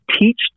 teach